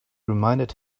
reminded